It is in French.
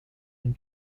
une